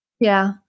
Yeah